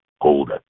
hold